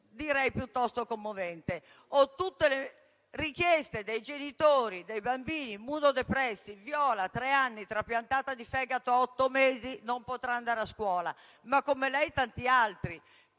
E penso abbiano letto le richieste dei genitori dei bambini immunodepressi: Viola, tre anni, trapiantata di fegato a otto mesi, non potrà andare a scuola. Ma come lei tanti altri.